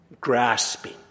Grasping